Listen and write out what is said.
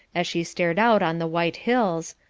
as she stared out on the white hills,